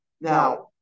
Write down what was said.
Now